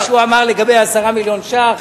גם מה שהוא אמר לגבי 10 מיליון ש"ח.